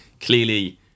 clearly